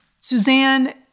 Suzanne